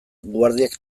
guardiek